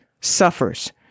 suffers